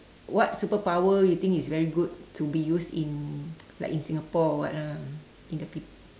what superpower you think is very good to be used in like in Singapore or what lah in the peop~